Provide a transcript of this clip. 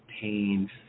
pain